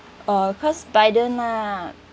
uh cause biden ah